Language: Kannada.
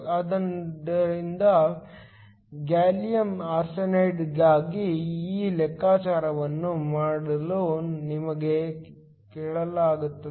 ಆದ್ದರಿಂದ ಗ್ಯಾಲಿಯಮ್ ಆರ್ಸೆನೈಡ್ಗಾಗಿ ಈ ಲೆಕ್ಕಾಚಾರವನ್ನು ಮಾಡಲು ನಮ್ಮನ್ನು ಕೇಳಲಾಗುತ್ತದೆ